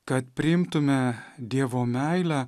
kad priimtume dievo meilę